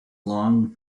long